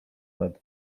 nad